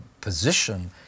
position